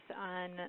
on